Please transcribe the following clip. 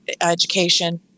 education